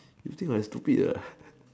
you think I stupid ah